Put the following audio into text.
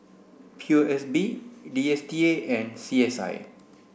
P O S B D S T A and C S I